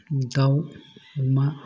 दाव अमा